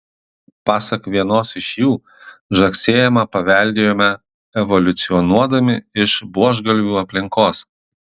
pasak vienos iš jų žagsėjimą paveldėjome evoliucionuodami iš buožgalvių aplinkos